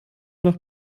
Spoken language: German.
nach